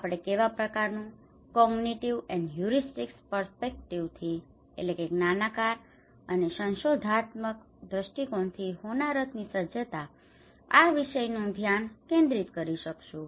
આપણે કેવા પ્રકારનું કોંગનીટીવ ઍન્ડ હ્યુરિસ્ટીક પર્સ્પેક્ટિવથી cognitive and a heuristic perspective જ્ઞાનાકાર અને સંશોધનાત્મક દ્રષ્ટિકોણથી હોનારત સજ્જતા આ વિષયનું ધ્યાન કેન્દ્રિત કરી શકીશું